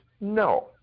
No